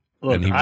Look